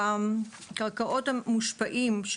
על קרקעות המושפעים,